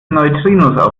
neutrinos